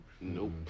Nope